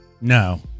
No